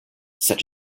such